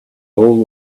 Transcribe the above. all